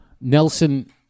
Nelson